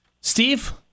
Steve